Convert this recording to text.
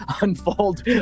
unfold